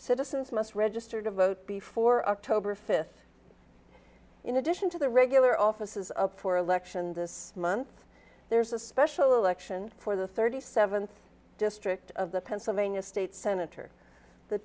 citizens must register to vote before october fifth in addition to the regular offices up for election this month there's a special election for the thirty seventh district of the pennsylvania state sen